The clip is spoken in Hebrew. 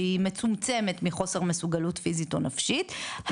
שהיא מצומצמת מחוסר מסוגלות פיזית או נפשית,